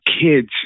kids